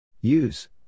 Use